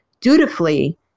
dutifully